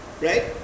right